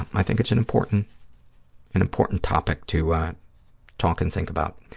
i think it's an important and important topic to talk and think about.